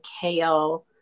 kale